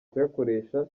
kuyakoresha